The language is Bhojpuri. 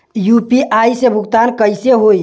यू.पी.आई से भुगतान कइसे होहीं?